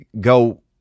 go